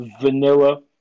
vanilla